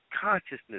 consciousness